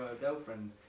girlfriend